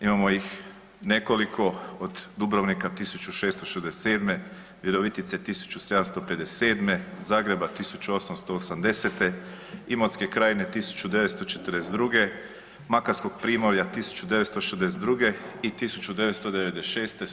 Imamo ih nekoliko, od Dubrovnika 1667., Virovitice 1757., Zagreba 1888., Imotske krajine 1942., makarskog primorja 1962., i 1997.